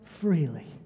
freely